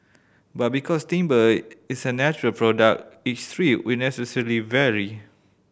but because timber is a natural product each strip will necessary vary